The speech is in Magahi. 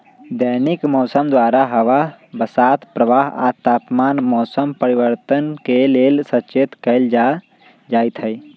दैनिक मौसम द्वारा हवा बसात प्रवाह आ तापमान मौसम परिवर्तन के लेल सचेत कएल जाइत हइ